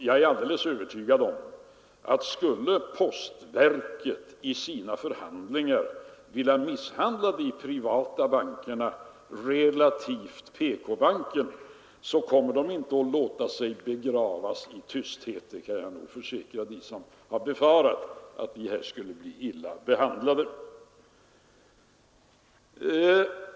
Jag är alldeles övertygad om att skulle postverket i sina förhandlingar vilja misshandla de privata bankerna i förhållande till PK-banken kommer de inte att låta sig begravas i tysthet, det kan jag försäkra dem som har befarat att de privata bankerna skulle bli illa behandlade.